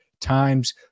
times